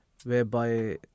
Whereby